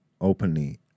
openly